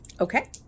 Okay